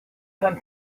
come